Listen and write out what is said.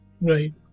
Right